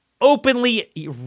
openly